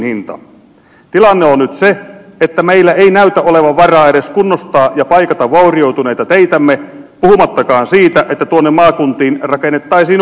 tilanne on nyt se että meillä ei näytä olevan varaa edes kunnostaa ja paikata vaurioituneita teitämme puhumattakaan siitä että tuonne maakuntiin rakennettaisiin uusia